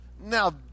Now